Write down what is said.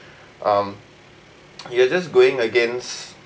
um you are just going against